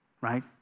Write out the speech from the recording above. right